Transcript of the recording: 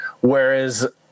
whereas